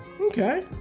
Okay